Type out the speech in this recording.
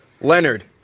Leonard